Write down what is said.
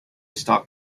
stalk